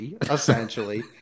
essentially